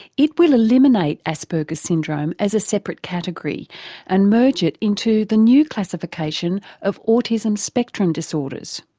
it will eliminate asperger's syndrome as a separate category and merge it into the new classification of autism spectrum disorders.